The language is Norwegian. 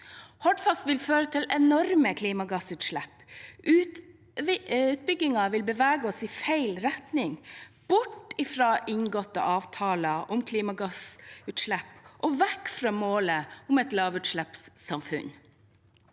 Hordfast vil føre til enorme klimagassutslipp. Utbyggingen vil bevege oss i feil retning, bort fra inngåtte avtaler om klimagassutslipp og vekk fra målet om et lavutslippssamfunn.